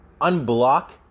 unblock